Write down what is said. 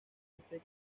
este